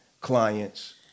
clients